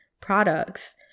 products